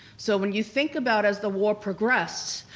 so when you think about as the war progressed,